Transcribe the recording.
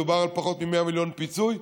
מדובר על פחות מ-100 מיליון פיצוי.